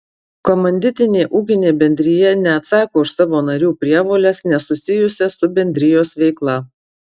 komanditinė ūkinė bendrija neatsako už savo narių prievoles nesusijusias su bendrijos veikla